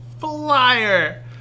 flyer